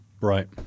Right